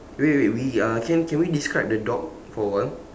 wait wait we are can can we describe the dog for a while